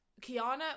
kiana